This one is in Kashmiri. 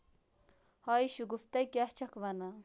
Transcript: ہاے شُگوٗفتا کیٚاہ چھَکھ وَنان